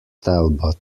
talbot